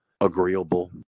agreeable